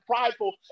prideful